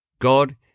god